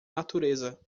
natureza